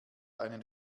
einen